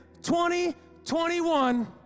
2021